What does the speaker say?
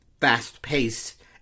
fast-paced